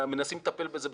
מנסים לטפל בזה,